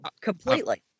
completely